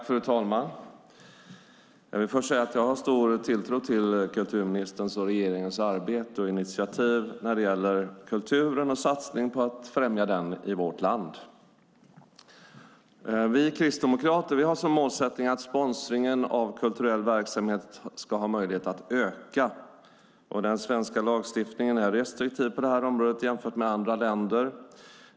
Fru talman! Jag har stor tilltro till kulturministerns och regeringens arbete och initiativ när det gäller satsningarna på att främja kulturen i vårt land. Vi kristdemokrater har målet att sponsringen av kulturell verksamhet ska öka. Den svenska lagstiftningen är restriktiv på området jämfört med andra länder.